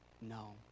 No